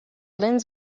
lens